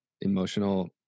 emotional